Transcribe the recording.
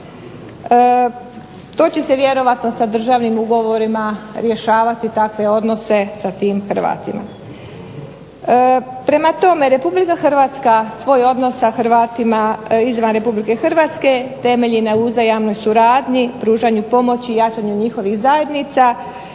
To će se vjerojatno sa državnim ugovorima rješavati takve odnose sa tim Hrvatima. Prema tome, RH svoj odnos sa Hrvatima izvan RH temelji na uzajamnoj suradnji, pružanju pomoći, jačanju njihovih zajednica